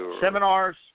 seminars